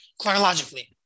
chronologically